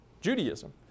Judaism